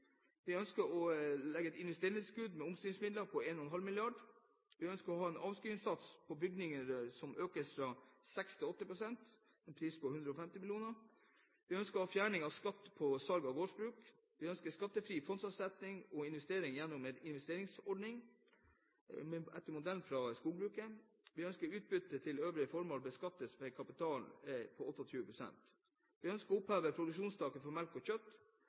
Vi ønsker å legge et investeringstilskudd med omstillingsmidler på 1,5 mrd. Vi ønsker å ha en avskrivningssats på bygninger som økes fra 6 til 8 pst. – en pris på 150 mill. kr. Vi ønsker fjerning av skatt på salg av gårdsbruk. Vi ønsker skattefri fondsavsetning og investeringer gjennom en investeringsfondsordning etter modell fra skogbruket. Vi ønsker at utbytte til øvrige formål beskattes som kapital med 28 pst. Vi ønsker å oppheve produksjonstaket for melk og kjøtt.